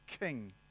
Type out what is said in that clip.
king